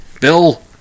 Bill